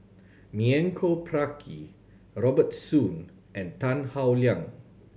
Milenko Prvacki Robert Soon and Tan Howe Liang